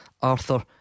Arthur